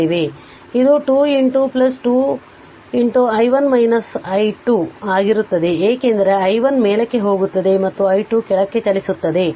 ಆದ್ದರಿಂದ ಇದು 2 2 i1 i2 ಆಗಿರುತ್ತದೆ ಏಕೆಂದರೆ i1 ಮೇಲಕ್ಕೆ ಹೋಗುತ್ತದೆ ಮತ್ತು i2 ಕೆಳಕ್ಕೆ ಚಲಿಸುತ್ತದೆ